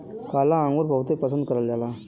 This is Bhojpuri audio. काला अंगुर बहुते पसन्द करल जाला